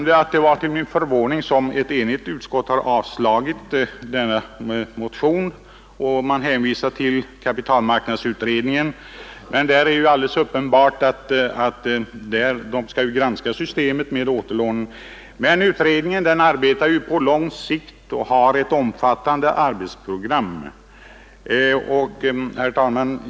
Det är alldeles uppenbart att denna utredning skall granska systement med återlån, men den arbetar på lång sikt och har ett omfattande arbetsprogram. Herr talman!